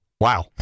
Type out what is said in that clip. Wow